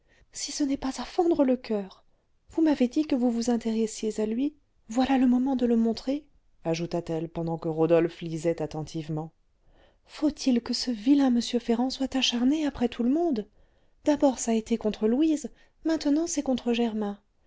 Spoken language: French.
si ce n'est pas à fendre le coeur vous m'avez dit que vous vous intéressiez à lui voilà le moment de le montrer ajouta-t-elle pendant que rodolphe lisait attentivement faut-il que ce vilain m ferrand soit acharné après tout le monde d'abord ç'a été contre louise maintenant c'est contre germain